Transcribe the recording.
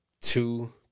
Two